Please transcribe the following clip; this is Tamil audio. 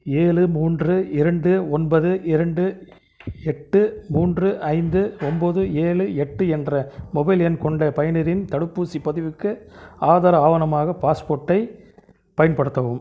ஏழு மூன்று இரண்டு ஒன்பது இரண்டு எட்டு மூன்று ஐந்து ஒம்பது ஏழு எட்டு என்ற மொபைல் எண் கொண்ட பயனரின் தடுப்பூசிப் பதிவுக்கு ஆதார ஆவணமாக பாஸ்போர்ட்டை பயன்படுத்தவும்